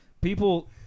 people